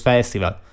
Festival